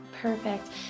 Perfect